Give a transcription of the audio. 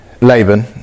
Laban